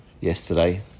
yesterday